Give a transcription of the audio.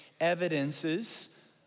evidences